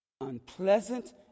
unpleasant